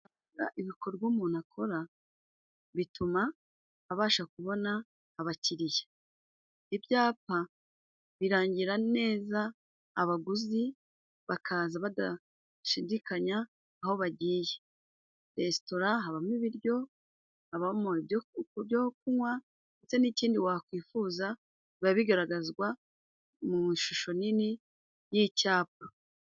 Ibikorwa umuntu akora bituma abasha kubona abakiriya. Ibyapa birangira neza abaguzi bakaza badashidikanya aho bagiye. Resitora habamo ibiryo, habamo ibyo kunywa ndetse n'ikindi wakwifuza biba bigaragazwa mu ishusho nini y'icyapa.